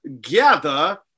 gather